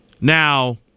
Now